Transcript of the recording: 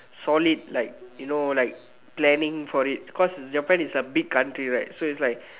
solid like you know like planning for it cause Japan is a big country right so it's like